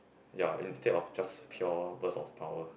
ya instead of just pure boost of power